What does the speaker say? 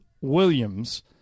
Williams